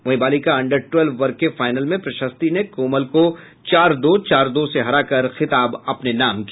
वहीं बालिका under twelve वर्ग के फाइनल में प्रशस्ती ने कोमल को चार दो चार दो से हराकर खिताब अपने नाम किया